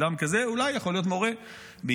אדם כזה אולי יכול להיות מורה באיראן,